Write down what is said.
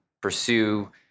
pursue